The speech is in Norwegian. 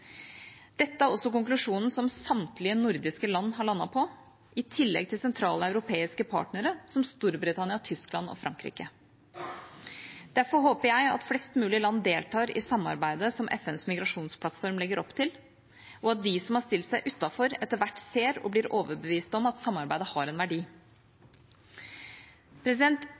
Dette er også konklusjonen som samtlige nordiske land har landet på, i tillegg til sentrale europeiske partnere som Storbritannia, Tyskland og Frankrike. Derfor håper jeg at flest mulig land deltar i samarbeidet som FNs migrasjonsplattform legger opp til, og at de som har stilt seg utenfor, etter hvert ser og blir overbevist om at samarbeidet har en verdi.